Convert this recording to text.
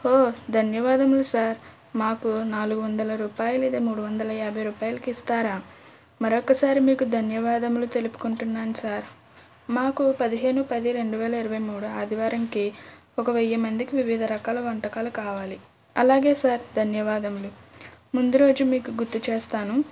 హో ధన్యవాదములు సార్ మాకు నాలుగు వందల రూపాయలది మూడువందల యాభై రూపాయలకి ఇస్తారా మరొక సారి మీకు ధన్యవాదములు తెలుపుకుంటున్నాను సార్ మాకు పదిహేను పది రెండు వేల ఇరవై మూడు ఆదివారంకి ఒక వెయ్యి మందికి వివిధ రకాల వంటకాలు కావాలి అలాగే సార్ ధన్యవాదములు ముందు రోజు మీకు గుర్తుచేస్తాను